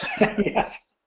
Yes